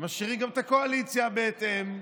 ומשאירים גם את הקואליציה בהתאם,